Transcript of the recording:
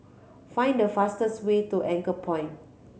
find the fastest way to Anchorpoint